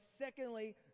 secondly